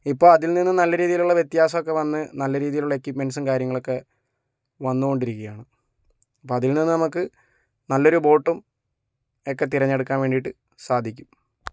ഇപ്പോൾ അതിൽ നിന്നും നല്ല രീതിയിലുള്ള വ്യത്യാസമൊക്കെ വന്ന് നല്ല രീതിയിലുള്ള എക്യുപ്മെൻറ്റ്സും കാര്യങ്ങളൊക്കെ വന്നുകൊണ്ടിരിക്കുകയാണ് അപ്പോൾ അതിൽ നിന്ന് നമുക്ക് നല്ലൊരു ബോട്ടും ഒക്കെ തിരഞ്ഞെടുക്കാൻ വേണ്ടിയിട്ട് സാധിക്കും